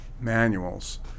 manuals